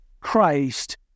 Christ